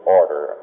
order